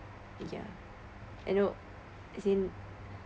ya I know I said